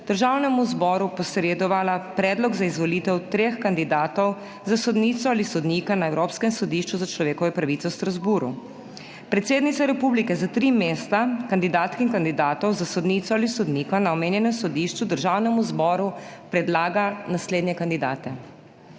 Državnemu zboru posredovala predlog za izvolitev treh kandidatov za sodnico ali sodnika na Evropskem sodišču za človekove pravice v Strasbourgu. Predsednica republike za tri mesta kandidatk in kandidatov za sodnico ali sodnika na omenjenem sodišču Državnemu zboru predlaga naslednje kandidate: